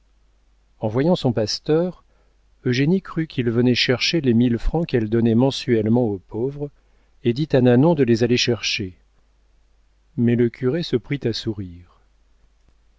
en voyant son pasteur eugénie crut qu'il venait chercher les mille francs qu'elle donnait mensuellement aux pauvres et dit à nanon de les aller chercher mais le curé se prit à sourire